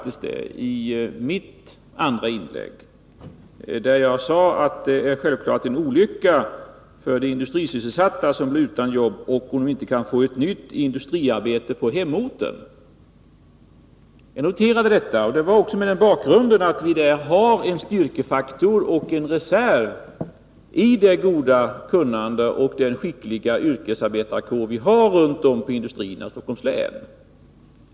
I mitt andra inlägg sade jag faktiskt att det självklart var en olycka om industrisysselsatta, som blev utan jobb, inte kunde få ett nytt jobb på hemorten. Jag noterade detta mot bakgrund av att vi har en styrkefaktor och en reserv i det goda kunnande och den skickliga yrkesarbetarkår som finns inom industrin runt om i Stockholms län.